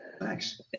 Thanks